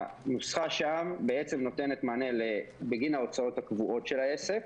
הנוסחה שם בעצם נותנת מענה בגין ההוצאות הקבועות של העסק,